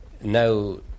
now